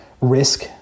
risk